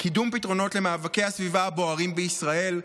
פתרונות למאבקי הסביבה הבוערים בישראל.